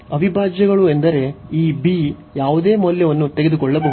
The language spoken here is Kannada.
ಅವಿಭಾಜ್ಯಗಳು ಎಂದರೆ ಈ b ಯಾವುದೇ ಮೌಲ್ಯವನ್ನು ತೆಗೆದುಕೊಳ್ಳಬಹುದು